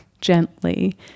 gently